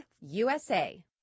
USA